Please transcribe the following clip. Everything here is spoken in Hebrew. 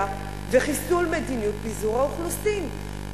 וחיסול מדיניות פיזור האוכלוסין,